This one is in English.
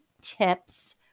tips